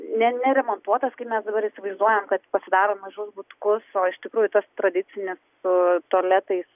ne neremontuotas kai mes dabar įsivaizduojam kad pasidaro mažus butukus o iš tikrųjų tos tradicinis su tualetais